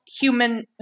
human